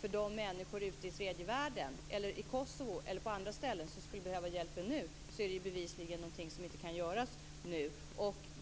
För de människor i tredje världen, i Kosovo eller på andra ställen som skulle behöva hjälpen nu är det här bevisligen någonting som inte kan göras nu.